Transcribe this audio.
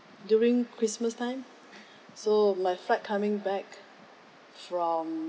during christmas time so my flight coming back from